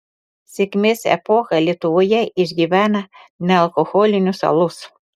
sėkmės epochą lietuvoje išgyvena nealkoholinis alus